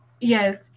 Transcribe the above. Yes